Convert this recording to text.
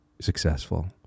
successful